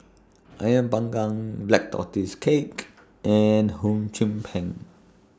Ayah Pang Gang Black Tortoise Cake and Hum Chiu Pen